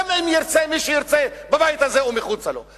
גם אם ירצה מי שירצה בבית הזה או מחוצה לו,